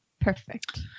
Perfect